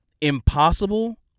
impossible